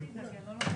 מוני, תן לו לסיים.